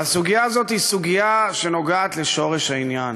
והסוגיה הזאת היא סוגיה שנוגעת לשורש העניין,